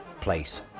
place